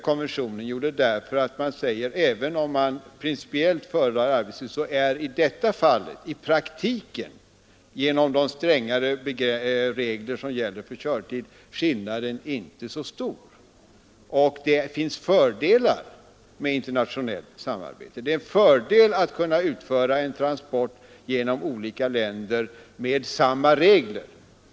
Anledningen är den att även om man principiellt föredrar arbetstidsprincipen är skillnaden i praktiken genom de strängare regler som gäller för körtid inte så stor. Och det finns fördelar med internationellt samarbete. Det är en fördel att kunna utföra en transport genom olika länder med samma regler.